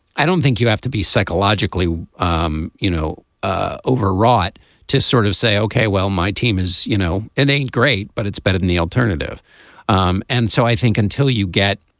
i don't think you have to be psychologically um you know ah overwrought to sort of say ok well my team is you know in a great but it's better than the alternative um and so i think until you get